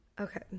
Okay